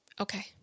Okay